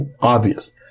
obvious